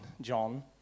John